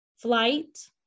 Flight